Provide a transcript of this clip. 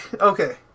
Okay